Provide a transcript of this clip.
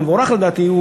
המבורך לדעתי,